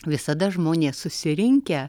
visada žmonės susirinkę